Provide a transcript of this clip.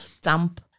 damp